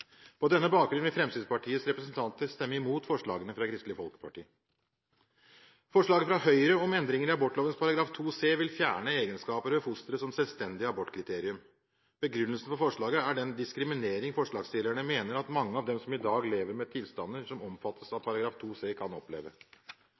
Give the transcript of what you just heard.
På denne bakgrunn vil Fremskrittspartiets representanter stemme imot forslagene fra Kristelig Folkeparti. Forslaget fra Høyre om endringer i abortloven § 2 c vil fjerne egenskaper ved fosteret som selvstendig abortkriterium. Begrunnelsen for forslaget er den diskriminering forslagsstillerne mener at mange av dem som i dag lever med tilstander som omfattes av